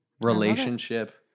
Relationship